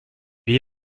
wie